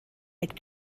like